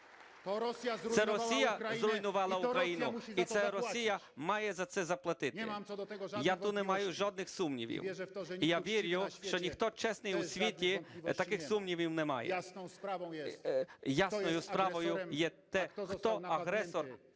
Це Росія зруйнувала Україну і це Росія має за це заплатити. Я тут немає жодних сумнівів. І я вірю, що ніхто чесний у світі таких сумнівів не має. Ясною справою є те, хто агресор,